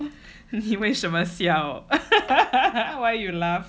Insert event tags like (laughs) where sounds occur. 你为什么笑 (laughs) why you laugh